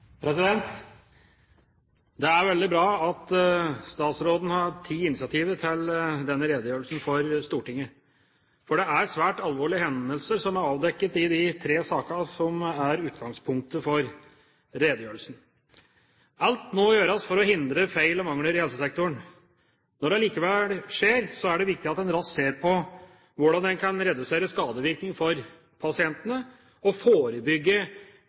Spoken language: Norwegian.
denne redegjørelsen for Stortinget, for det er svært alvorlige hendelser som er avdekket i de tre sakene som er utgangspunktet for redegjørelsen. Alt må gjøres for å hindre feil og mangler i helsesektoren. Når det allikevel skjer, er det viktig at en raskt ser på hvordan en kan redusere skadevirkningen for pasientene, og forebygge